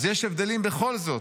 אז יש הבדלים בכל זאת.